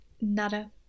nada